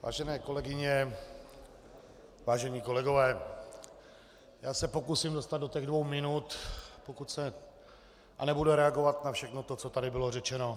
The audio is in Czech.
Vážené kolegyně, vážení kolegové, já se pokusím dostat do těch dvou minut a nebudu reagovat na všechno to, co tady bylo řečeno.